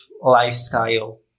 lifestyle